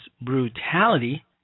brutality